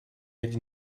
один